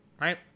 right